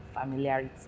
familiarity